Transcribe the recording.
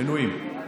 מנויים.